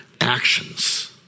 actions